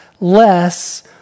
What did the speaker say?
less